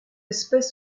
espèce